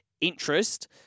interest